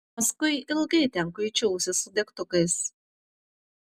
paskui ilgai ten kuičiausi su degtukais